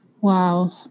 Wow